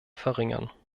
verringern